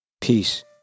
Peace